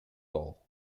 all